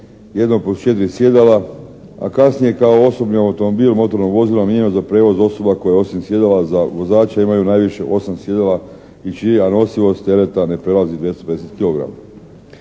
od četiri sjedala, a kasnije kao osobni automobil motornog vozila mijenjaju za prijevoz osoba koji osim sjedala za vozače imaju najviše osam sjedala i čija nosivost tereta ne prelazi 250